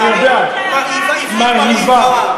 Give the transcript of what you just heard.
זה הרבה יותר יפה.